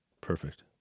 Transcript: Perfect